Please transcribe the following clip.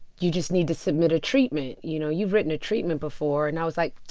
you just need to submit a treatment. you know, you've written a treatment before? and i was like,